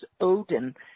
Odin